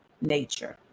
nature